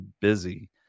busy